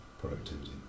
productivity